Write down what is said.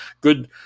good